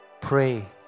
Pray